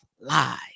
Live